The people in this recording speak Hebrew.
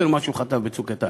יותר ממה שהוא חטף ב"צוק איתן".